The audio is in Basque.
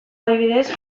adibidez